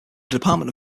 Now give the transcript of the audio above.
department